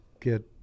get